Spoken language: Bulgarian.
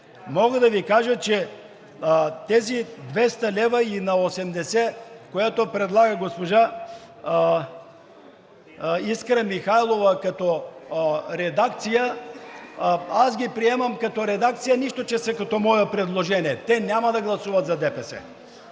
мога да Ви кажа, че тези 200 лв. и на 80, което предлага госпожа Искра Михайлова като редакция, аз ги приемам като редакция, нищо че са като моето предложение – те няма да гласуват за ДПС.